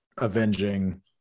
Avenging